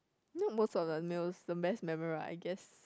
you know most of the meals the best memory I guess